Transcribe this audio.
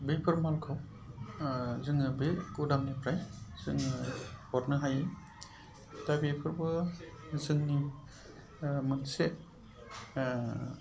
बेफोर मालखौ जोङो बे गुडामनिफ्राय जोङो हरनो हायो दा बेफोरबो जोंनि मोनसे